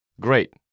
Great